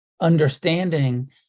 understanding